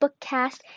bookcast